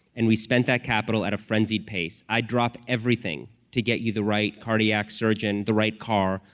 and we spent that capital at a frenzied pace. i dropped everything to get you the right cardiac surgeon, the right car,